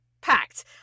packed